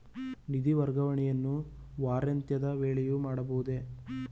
ನಿಧಿ ವರ್ಗಾವಣೆಯನ್ನು ವಾರಾಂತ್ಯದ ವೇಳೆಯೂ ಮಾಡಬಹುದೇ?